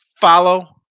follow